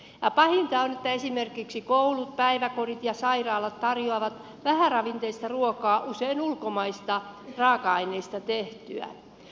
pahinta on että esimerkiksi koulut päiväkodit ja sairaalat tarjoavat vähäravinteista ruokaa usein ulkomaisista raaka aineista tehtyä